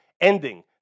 ending